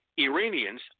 Iranians